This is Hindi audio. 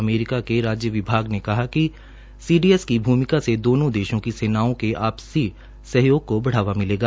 अमेरिका के राज्य विभाग ने कहा कि सीडीएस की भूमिका से दोनों देशों की सेनाओं की आपसी सहयोग को बढ़ावा मिलेगा